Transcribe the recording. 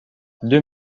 deux